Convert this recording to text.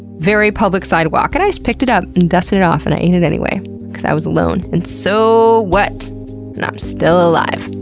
very public sidewalk. and i just picked it up and dusted it off and i ate it anyway because i was alone and soooooo so what? and i'm still alive.